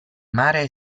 mare